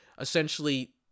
essentially